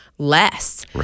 less